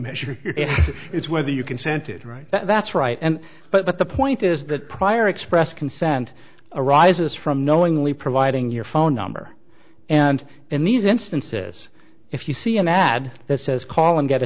measure it it's whether you consented right that's right and but the point is that prior express consent arises from knowingly providing your phone number and in these instances if you see an ad that says call and get a